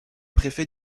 préfet